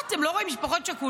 מה, אתם לא רואים משפחות שכולות?